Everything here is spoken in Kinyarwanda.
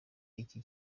y’iki